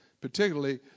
particularly